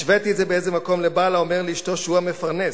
השוויתי את זה באיזה מקום לבעל האומר לאשתו שהוא המפרנס.